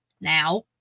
now